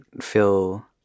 feel